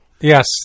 Yes